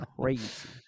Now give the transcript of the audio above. crazy